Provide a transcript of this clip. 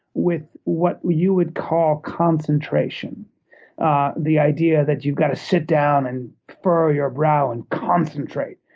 with what you would call concentration ah the idea that you've got to sit down and furrow your brow and concentrate.